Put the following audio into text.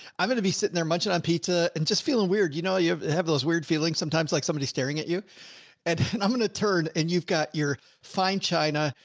i'm going to be sitting there munching on pizza and just feeling weird. you know, you have those weird feelings sometimes, like somebody's staring at you and i'm going to turn and you've got your fine china,